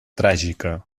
tràgica